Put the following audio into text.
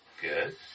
Good